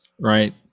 right